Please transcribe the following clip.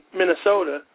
Minnesota